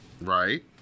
Right